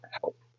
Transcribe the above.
help